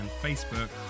Facebook